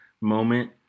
moment